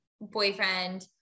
boyfriend